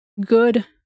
good